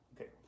Okay